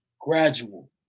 Gradual